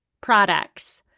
products